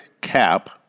cap